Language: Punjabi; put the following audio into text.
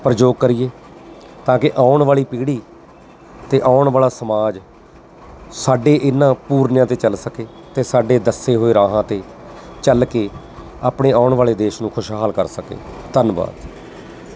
ਪ੍ਰਯੋਗ ਕਰੀਏ ਤਾਂ ਕਿ ਆਉਣ ਵਾਲੀ ਪੀੜ੍ਹੀ ਅਤੇ ਆਉਣ ਵਾਲਾ ਸਮਾਜ ਸਾਡੇ ਇਹਨਾਂ ਪੂਰਨਿਆਂ 'ਤੇ ਚੱਲ ਸਕੇ ਅਤੇ ਸਾਡੇ ਦੱਸੇ ਹੋਏ ਰਾਹਾਂ 'ਤੇ ਚੱਲ ਕੇ ਆਪਣੇ ਆਉਣ ਵਾਲੇ ਦੇਸ਼ ਨੂੰ ਖੁਸ਼ਹਾਲ ਕਰ ਸਕੇ ਧੰਨਵਾਦ